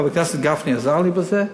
חבר הכנסת גפני עזר לי בזה,